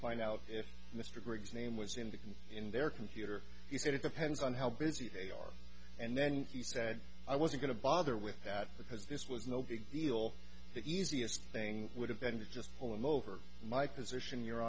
find out if mr griggs name was in the can in their computer he said it depends on how busy they are and then he said i was going to bother with that because this was no big deal the easiest thing would have been to just pull him over my position your